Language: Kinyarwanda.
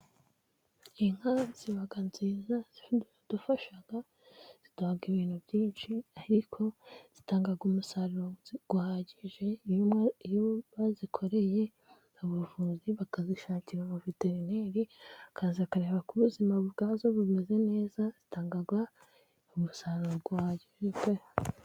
Inka ziba nziza ziradufasha ziduha ibintu byinshi, ariko zitanga umusaruro uhagije. Inka iyo bazikoreye ubuvuzi bakazishakira ba Veterineri bakaza bakareba ko ubuzima bwazo bumeze neza, zitanga umusaruro uhagije pe.